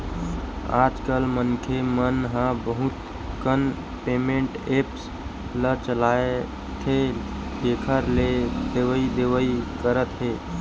आजकल मनखे मन ह बहुत कन पेमेंट ऐप्स ल चलाथे जेखर ले लेवइ देवइ करत हे